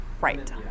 Right